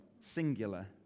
singular